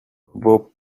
vos